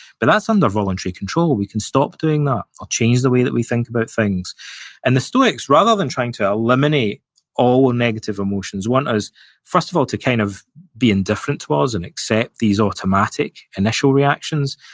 but that's under voluntary control, we can stop doing that or change the way that we think about things and the stoics, rather than trying to eliminate all the ah negative emotions, want us first of all to kind of be indifferent towards and accept these automatic initial reactions,